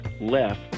left